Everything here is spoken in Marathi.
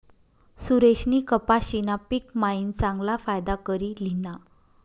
सुरेशनी कपाशीना पिक मायीन चांगला फायदा करी ल्हिना